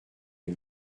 est